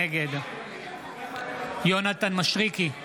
נגד יונתן מישרקי,